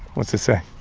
what's it say?